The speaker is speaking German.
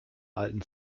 alten